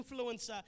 influencer